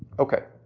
okay,